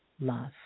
love